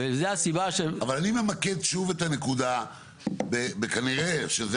אבל אני ממקד את הנקודה - וכנראה שזה